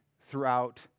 throughout